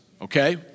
okay